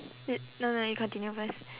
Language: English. you no lah you continue first